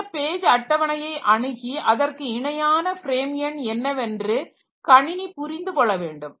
இந்த பேஜ் அட்டவணையை அணுகி அதற்கு இணையான ஃப்ரேம் எண் என்னவென்று கணினி புரிந்து கொள்ள வேண்டும்